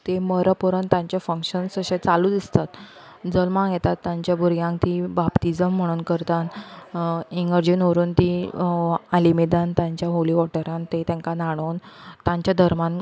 तीं मर पर्यंत तांचें फंग्शन्स अशें चालूच आसतात जल्माक येता तांच्या भुरग्यांक ती बाप्तीजम म्हणोन करतात इगर्जेन व्हरून ती आलिमेदान तांच्या हॉली वॉटरान थंय तांकां न्हाणोवन तांच्या धर्मान